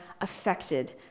affected